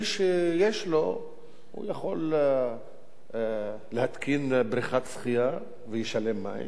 מי שיש לו יכול להתקין ברכת שחייה וישלם על המים,